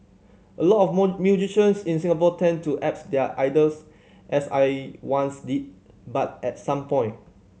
a lot of more musicians in Singapore tend to apes their idols as I once did but at some point